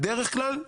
בדרך כלל,